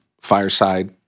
fireside